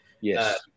Yes